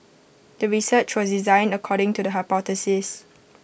the research was designed according to the hypothesis